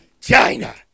China